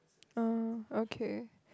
oh okay